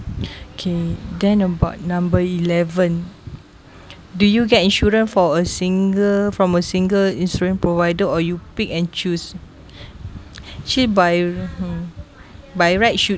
okay then about number eleven do you get insurance for a single from a single insurance provider or you pick and choose actually by hmm by right should